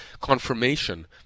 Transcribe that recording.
confirmation